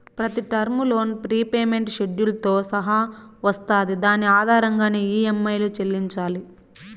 ప్రతి term loan repayment షెడ్యూల్తో సహా వస్తాది దాని ఆధారంగానే ఈ.యం.ఐలు చెల్లించాలి